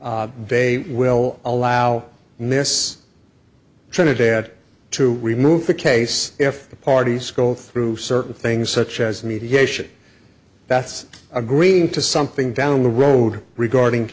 they will allow miss trinidad to remove the case if the parties go through certain things such as mediation that's agreeing to something down the road regarding